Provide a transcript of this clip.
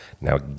Now